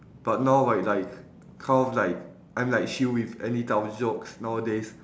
but now right like kind of like I'm like chill with any type of jokes nowadays